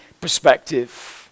perspective